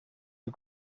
you